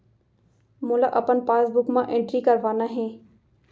मोला अपन पासबुक म एंट्री करवाना हे?